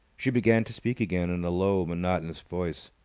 she began to speak again in a low, monotonous voice.